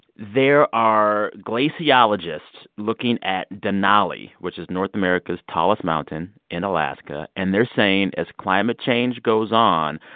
there are glaciologists looking at denali, which is north america's tallest mountain, in alaska. and they're saying as climate change goes on,